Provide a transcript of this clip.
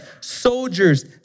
soldiers